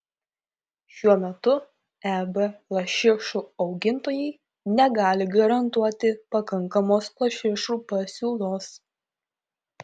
šiuo metu eb lašišų augintojai negali garantuoti pakankamos lašišų pasiūlos